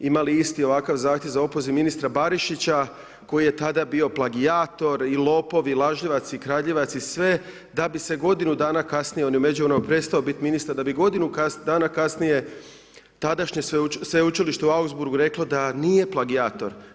imali isti ovakav zahtjev za opoziv ministra Barišića, koji je tada bio plagijator i lopov i lažljivac i kradljivac i sve da bi se godinu dana kasnije, on je u međuvremenu prestao biti ministar, da bi godinu dana kasnije, tadašnje sveučilište u Ausburgu reklo, da nije plagijator.